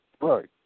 Right